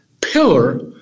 pillar